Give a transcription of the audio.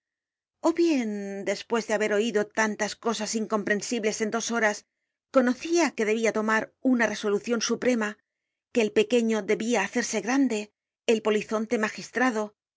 o bien despues de haber oido tantas cosas incomprensibles en dos horas conocia que debia tomar una resolucion suprema que el pequeño debia hacerse grande el polizonte magistrado el